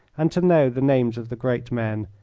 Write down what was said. and to know the names of the great men,